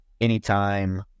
Anytime